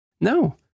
No